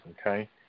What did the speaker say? okay